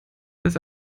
ist